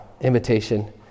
invitation